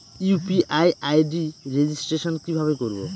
UPI ID registration কিভাবে করব?